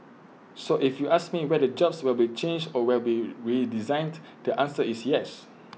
so if you ask me whether jobs will be changed or will be redesigned the answer is yes